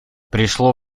пришло